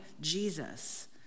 Jesus